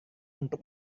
untuk